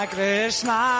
Krishna